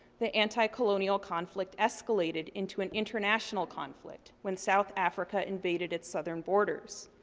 the anti-colonial conflict escalated into an international conflict, when south africa invaded its southern borders.